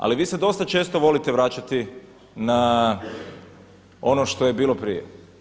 Ali vi se dosta često volite vraćati na ono što je bilo prije.